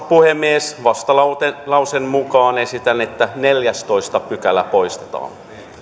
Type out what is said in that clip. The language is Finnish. puhemies vastalauseen mukaan esitän että neljästoista pykälä poistetaan